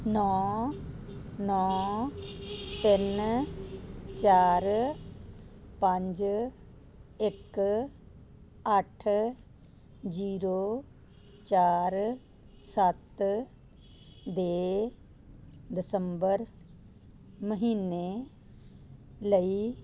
ਨੌ ਨੌ ਤਿੰਨ ਚਾਰ ਪੰਜ ਇੱਕ ਅੱਠ ਜ਼ੀਰੋ ਚਾਰ ਸੱਤ ਦੇ ਦਸੰਬਰ ਮਹੀਨੇ ਲਈ